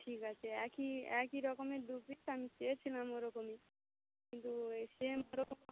ঠিক আছে একই একই রকমের দু পিস আমি চেয়েছিলাম ওরকমই কিন্তু এই সেম ওরকম